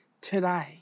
today